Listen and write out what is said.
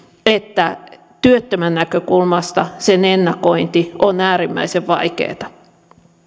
että työttömän näkökulmasta sen ennakointi on äärimmäisen vaikeata